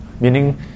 Meaning